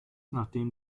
nachdem